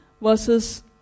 versus